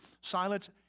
silence